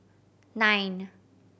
nine